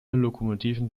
lokomotiven